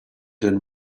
than